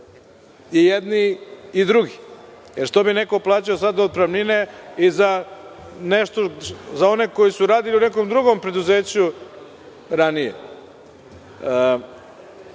i jedni i drugi. Što bi neko plaćao otpremnine i za one koji su radili u nekom drugom preduzeću ranije? To